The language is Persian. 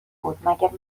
بود، مگه